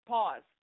Pause